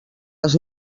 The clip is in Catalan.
els